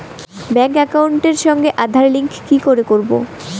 Bank একাউন্টের সঙ্গে Aadhaar link কি করে করবো?